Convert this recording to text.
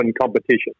competition